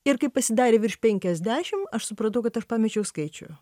ir kai pasidarė virš penkiasdešim aš supratau kad aš pamečiau skaičių